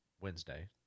Wednesday